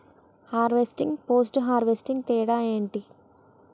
Harvesting, post harvesting తేడా ఏంటి?